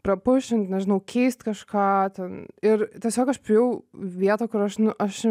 prapušint nežinau keist kažką ten ir tiesiog aš priėjau vietą kur aš nu aš